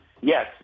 Yes